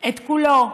את כולו.